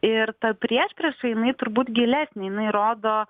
ir ta priešprieša jinai turbūt gilesnė jinai rodo